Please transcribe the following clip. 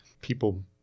people